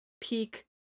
peak